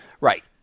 Right